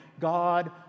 God